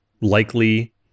likely